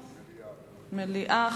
מליאה.